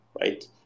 right